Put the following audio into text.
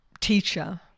teacher